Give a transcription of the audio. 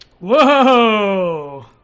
Whoa